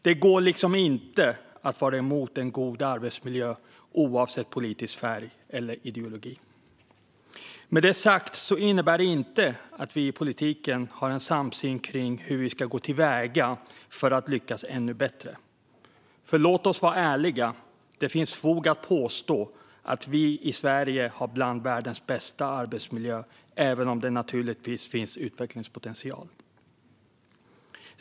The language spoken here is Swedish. Det går inte att vara emot en god arbetsmiljö oavsett politisk färg eller ideologi. Med det sagt innebär detta inte att vi inom politiken har en samsyn om hur vi ska gå till väga för att lyckas ännu bättre. För låt oss vara ärliga: Det finns fog att påstå att vi i Sverige har en av världens bästa arbetsmiljöer även om det naturligtvis finns utvecklingspotential.